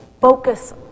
focus